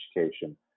education